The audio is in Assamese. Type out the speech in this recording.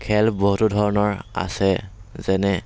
খেল বহুতো ধৰণৰ আছে যেনে